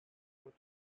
wood